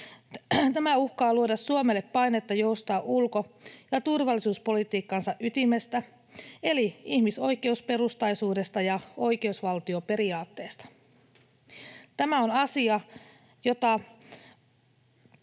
Tämä uhkaa luoda Suomelle painetta joustaa ulko- ja turvallisuuspolitiikkansa ytimestä eli ihmisoikeusperustaisuudesta ja oikeusvaltioperiaatteesta. Tämä on asia, jota